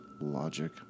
logic